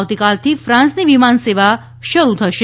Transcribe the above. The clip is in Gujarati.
આવતીકાલથી ફાન્સની વિમાનસેવા શરૂ થશે